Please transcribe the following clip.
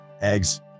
eggs